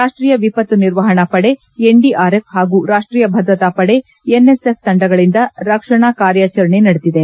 ರಾಷ್ಷೀಯ ವಿಪತ್ತು ನಿರ್ವಹಣಾ ಪಡೆ ಎನ್ಡಿಆರ್ಎಫ್ ಹಾಗೂ ರಾಷ್ಟೀಯ ಭದ್ರತಾ ಪಡೆ ಎನ್ಎಸ್ಎಫ್ ತಂಡಗಳಿಂದ ರಕ್ಷಣಾ ಕಾರ್ಯಚರಣೆ ನಡೆದಿದೆ